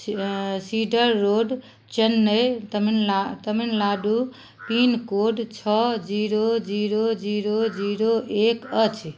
cedar road Chennai तमिलना Tamil Nadu pin code छओ zero zero zero zero एक अछि